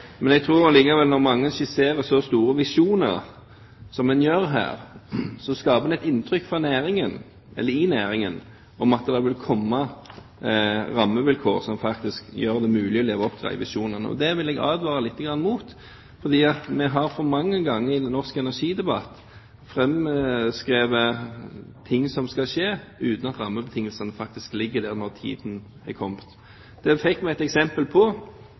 Men jeg tror likevel at når mange skisserer så store visjoner som man gjør her, skaper man et inntrykk i næringen av at det vil komme rammevilkår som faktisk gjør det mulig å leve opp til de visjonene. Og det vil jeg advare litt mot, for vi har altfor mange ganger i norsk energidebatt framskrevet ting som skal skje, uten at rammebetingelsene faktisk ligger der når tiden er kommet. Det fikk vi et eksempel på